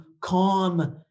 calm